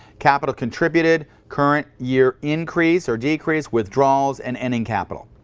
capital contributed. current year increase or decrease, withdrawals and ending capital.